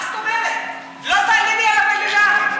מה זאת אומרת "לא תעלילי עליו עלילה"?